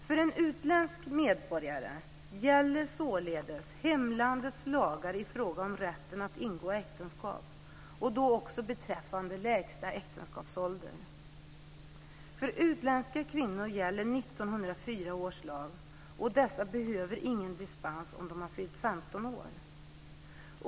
För en utländsk medborgare gäller således hemlandets lagar i fråga om rätten att ingå äktenskap och också beträffande lägsta äktenskapsålder. För utländska kvinnor gäller 1904 års lag, och de behöver ingen dispens om de har fyllt 15 år.